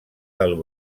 del